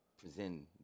present